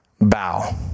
bow